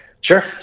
sure